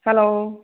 hello